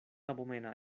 abomena